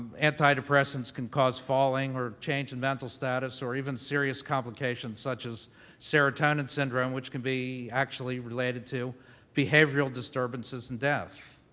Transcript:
antidepressants can cause falling or change in mental status or even serious complications such as serotonin syndrome, which can be actually related to behavioral behavioral disturbances and death.